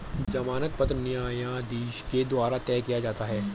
जमानत पत्र न्यायाधीश के द्वारा तय किया जाता है